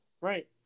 Right